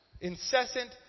incessant